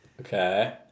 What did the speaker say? Okay